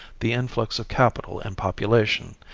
the influx of capital and population,